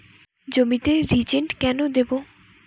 জমিতে রিজেন্ট কেন দেবো?